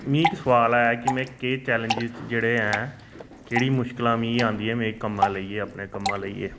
मिं इक सुआल आया कि में केह् चैलेंजज जेह्ड़े ऐ केह्ड़ी मुश्कलां मिं आंदी मिं कम्मा लेइयै अपने कम्मै ई लेइयै